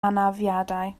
anafiadau